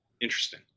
Interesting